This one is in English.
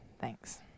Thanks